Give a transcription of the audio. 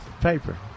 paper